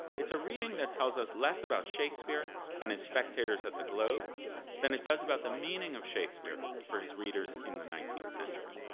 it's a reading that tells us less about shakespeare and his spectators at the globe than it does about the meaning of shakespeare for his readers in the nineteenth century.